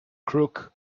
crook